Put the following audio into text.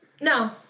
No